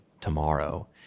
tomorrow